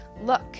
Look